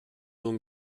nun